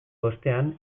ostean